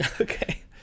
Okay